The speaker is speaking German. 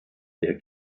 der